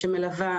שמלווה,